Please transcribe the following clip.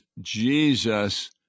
Jesus